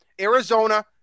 Arizona